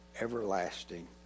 Everlasting